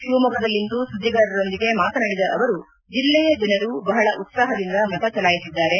ಶಿವಮೊಗ್ಗದಲ್ಲಿಂದು ಸುದ್ದಿಗಾರರೊಂದಿಗೆ ಮಾತನಾಡಿದ ಅವರು ಜಿಲ್ಲೆಯ ಜನರು ಬಹಳ ಉತ್ಸಾಹದಿಂದ ಮತ ಚಲಾಯಿಸಿದ್ದಾರೆ